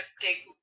take